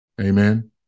Amen